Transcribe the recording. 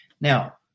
Now